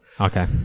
Okay